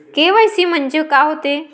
KYC म्हंनजे का होते?